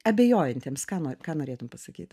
abejojantiems ką nori ką norėtum pasakyt